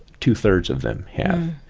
two-thirds of them have.